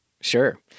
Sure